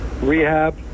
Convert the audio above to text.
rehab